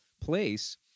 place